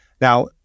Now